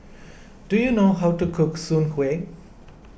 do you know how to cook Soon Kueh